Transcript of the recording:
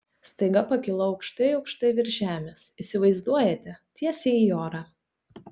staiga pakilau aukštai aukštai virš žemės įsivaizduojate tiesiai į orą